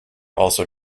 also